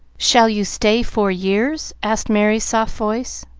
shall you stay four years? asked merry's soft voice,